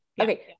Okay